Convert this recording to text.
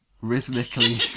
rhythmically